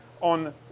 on